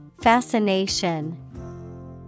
Fascination